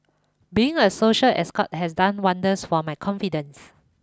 being a social escort has done wonders for my confidence